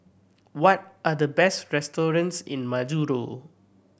what are the best restaurants in Majuro